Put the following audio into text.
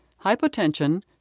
hypotension